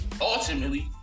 ultimately